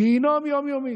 גיהינום יום-יומי